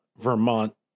Vermont